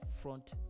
front